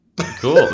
cool